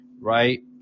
right